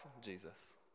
Jesus